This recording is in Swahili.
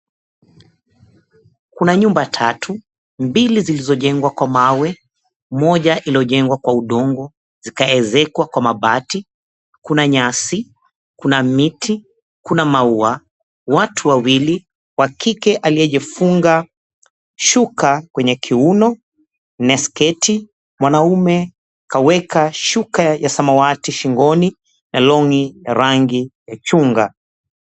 Kuna nyumba tatu, mbili zilizojengwa kwa mawe, moja iliyojengwa kwa udongo, zikaezekwa kwa mabati. Kuna nyasi, kuna miti, kuna maua. Watu wawili, wa kike aliyejifunga shuka kwenye kiuno na sketi, mwanaume kaweka shuka ya samawati shingoni, na longi ya rangi ya chungwa.